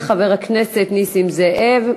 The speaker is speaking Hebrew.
של חבר הכנסת נסים זאב.